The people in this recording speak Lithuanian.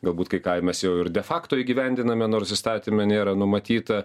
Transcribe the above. galbūt kai ką mes jau ir de fakto įgyvendiname nors įstatyme nėra numatyta